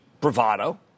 bravado